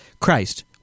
Christ